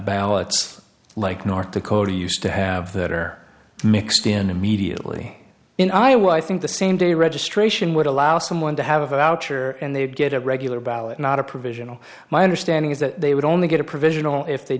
ballots like north dakota used to have that are mixed in immediately in iowa i think the same day registration would allow someone to have outer and they'd get a regular ballot not a provisional my understanding is that they would only get a provisional if they